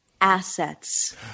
assets